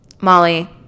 Molly